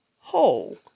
hole